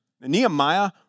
Nehemiah